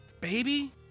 baby